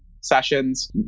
sessions